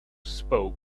spoke